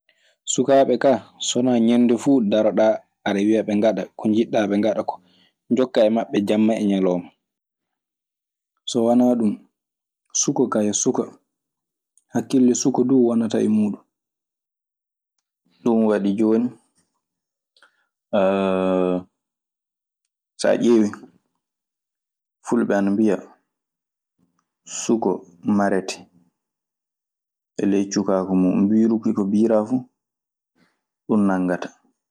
Sukaɓe ka sonna ŋande fu ndaroɗa ada wia ɓee ganɗa ko jiɗa ɓe ganɗa ka. Jonka e maɓee jamma e ŋialoma. So wanaa ɗun, suka kaa yo suka. Hakkille suka duu wonataa e muuɗun. Ɗum waɗi jooni sa ƴeewi Fulɓe ana mbiya: suka marete e ley cukaaku mun. Mbiruki ko bira fuu, ko ɗum naggata.